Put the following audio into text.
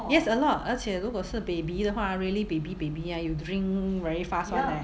yes a lot 而且如果是 baby 的话 ah really baby baby ah you drink very fast [one] eh